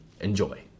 Enjoy